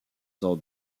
son